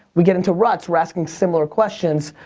we get into ruts, we're asking similar questions.